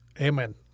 Amen